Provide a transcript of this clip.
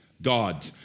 God